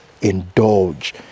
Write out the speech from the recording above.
indulge